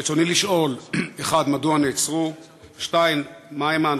רצוני לשאול: 1. מדוע הם נעצרו?